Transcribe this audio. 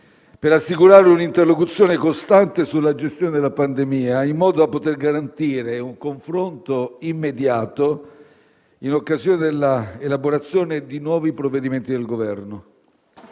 per assicurare un'interlocuzione costante sulla gestione della pandemia in modo da poter garantire un confronto immediato in occasione dell'elaborazione di nuovi provvedimenti del Governo.